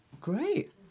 Great